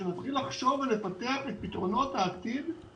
שנתחיל לחשוב ולפתח את פתרונות העתיד,